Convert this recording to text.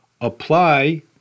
apply